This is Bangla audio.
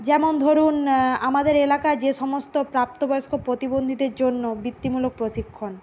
যেমন ধরুন আমাদের এলাকা যে সমস্ত প্রাপ্ত বয়স্ক প্রতিবন্ধীদের জন্য বৃত্তিমূলক প্রশিক্ষণ